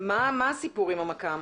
מה הסיפור עם המכ"ם?